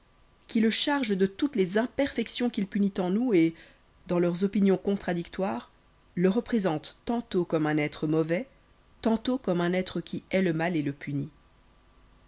qui le chargent de toutes les imperfections qu'il punit en nous et dans leurs opinions contradictoires le représentent tantôt comme un être mauvais tantôt comme un être qui hait le mal et le punit